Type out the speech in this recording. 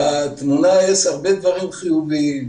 בתמונה יש הרבה דברים חיוביים.